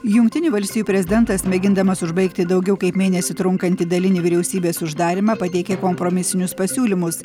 jungtinių valstijų prezidentas mėgindamas užbaigti daugiau kaip mėnesį trunkantį dalinį vyriausybės uždarymą pateikė kompromisinius pasiūlymus